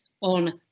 on